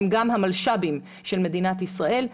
הם גם המלש"בים של מדינת ישראל.